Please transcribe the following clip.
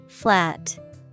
Flat